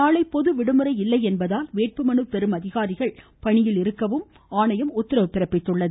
நாளை பொதுவிடுமுறை இல்லை என்பதால் வேட்புமனு பெறும் அதிகாரிகள் பணியில் இருக்க வேண்டுமென்றும் ஆணையம் உத்தரவிட்டுள்ளது